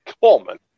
Coleman